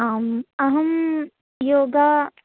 आम् अहं योग